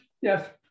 Yes